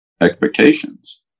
expectations